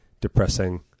depressing